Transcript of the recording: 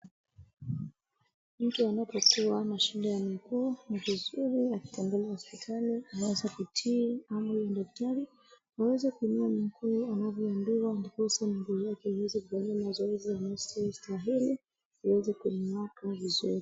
Mtu anapokuwa na shida ya mguu ni vizuri akitembelea hospitali aweze kutii amri ya daktari, aweze kuinuwa mguu anavyoambiwa ndiposa mguu yake iweze kurudi na mazoezi anayostahili iweze kunyooka vizuri.